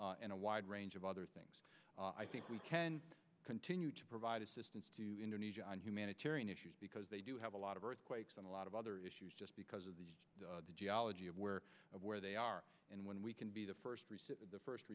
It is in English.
and a wide range of other things i think we can continue to provide assistance to indonesia on humanitarian issues because they do have a lot of earthquakes and a lot of other issues just because of the geology of where where they are and when we can be the first the first